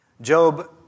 Job